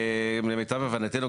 למיטב הבנתינו,